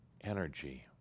energy